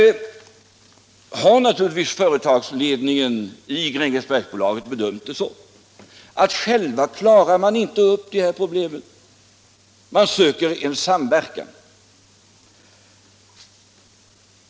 Här har naturligtvis företagsledningen i Grängesbergsbolaget bedömt det så att man inte själv klarar upp de här problemen, utan man söker samverkan.